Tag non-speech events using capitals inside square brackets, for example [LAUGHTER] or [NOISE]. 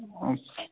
[UNINTELLIGIBLE]